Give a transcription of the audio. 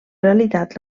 realitat